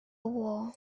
war